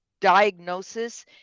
diagnosis